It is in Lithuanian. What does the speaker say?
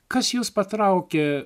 kas jus patraukė